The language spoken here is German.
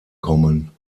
kommen